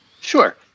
Sure